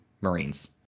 Marines